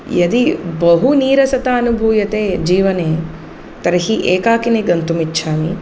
यदि बहु नीरसता अनुभूयते जीवने तर्हि एकाकिनी गन्तुम् इच्छामि